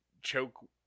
choke